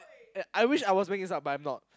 I wish I was make this up but I'm not